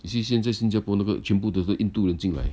you see 现在新加坡那个全部的那些印度人进来